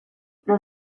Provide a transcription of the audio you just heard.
los